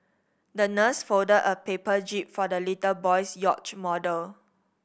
the nurse folded a paper jib for the little boy's yacht model